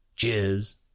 Cheers